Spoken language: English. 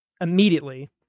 immediately